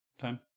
time